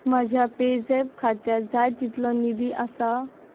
म्हज्या पेझॅप खात्यांत जाय तितलो निधी आसा